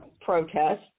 protests